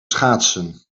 schaatsen